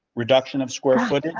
reduction of square footage,